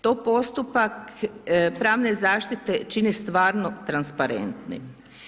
To postupak pravne zaštite čine stvarno transparentnim.